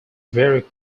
very